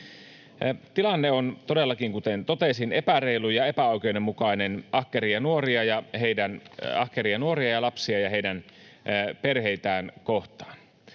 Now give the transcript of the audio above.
Tilanne on todellakin, kuten totesin, epäreilu ja epäoikeudenmukainen ahkeria nuoria ja ja lapsia ja heidän perheitään kohtaan.